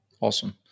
Awesome